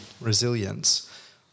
resilience